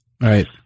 right